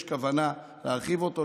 יש כוונה להרחיב אותו,